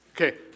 Okay